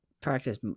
Practice